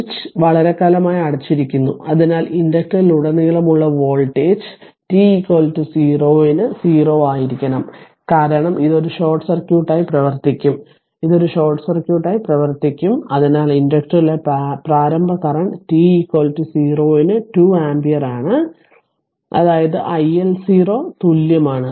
അതിനാൽ സ്വിച്ച് വളരെക്കാലമായി അടച്ചിരിക്കുന്നു അതിനാൽ ഇൻഡക്ടറിലുടനീളമുള്ള വോൾട്ടേജ് t 0 ന് 0 ആയിരിക്കണം കാരണം ഇത് ഒരു ഷോർട്ട് സർക്യൂട്ടായി പ്രവർത്തിക്കും ഇത് ഒരു ഷോർട്ട് സർക്യൂട്ടായി പ്രവർത്തിക്കും അതിനാൽ ഇൻഡക്ടറിലെ പ്രാരംഭ കറന്റ് t 0 ന് 2 ആമ്പിയർ ആണ് അതായത് i L 0 തുല്യമാണ്